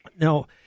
Now